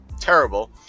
terrible